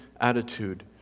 attitude